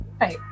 right